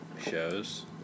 shows